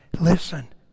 listen